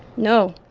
no,